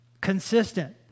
consistent